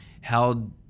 held